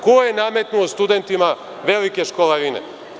Ko je nametnuo studentima velike školarine?